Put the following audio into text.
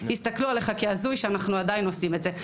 יסתכלו עליך כהזוי שעדיין אנחנו עושים את זה.